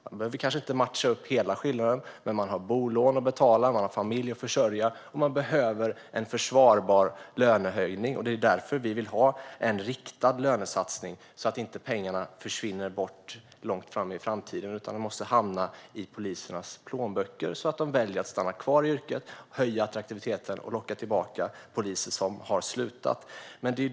Man behöver kanske inte matcha hela skillnaden, men de har bolån att betala, familjer att försörja, och de behöver en försvarbar lönehöjning. Det är därför vi vill ha en riktad lönesatsning, så att inte pengarna försvinner bort långt i framtiden. Pengarna måste hamna i polisernas plånböcker, så att de väljer att stanna kvar i yrket. Attraktiviteten måste höjas, och man måste locka tillbaka poliser som har slutat.